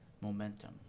momentum